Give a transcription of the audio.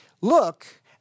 Look